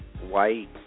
white